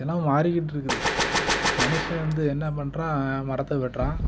எல்லாம் மாறிக்கிட்டுருக்குது மனுஷன் வந்து என்ன பண்ணுறான் மரத்தை வெட்டுறான்